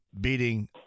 beating